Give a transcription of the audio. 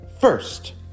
first